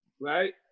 right